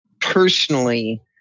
personally